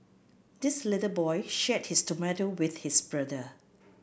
this little boy shared his tomato with his brother